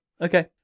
Okay